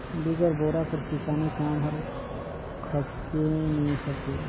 बिगर बोरा कर किसानी काम हर खसके नी सके